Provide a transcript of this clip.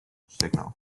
signal